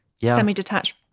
semi-detached